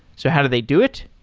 so how do they do it?